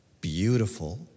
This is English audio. Beautiful